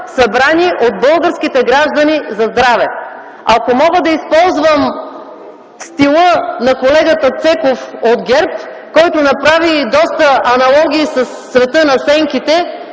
събрани от българските граждани за здраве. Ако мога да използвам стила на колегата Цеков от ГЕРБ, който направи доста аналогии със света на сенките,